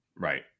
Right